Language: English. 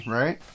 right